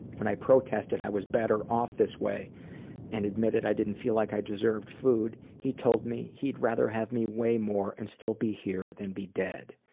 when i protested i was better off this way and admitted i didn't feel like i deserved food, he told me he'd rather have me weigh more and still be here than be dead.